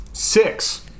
Six